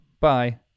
Bye